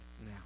now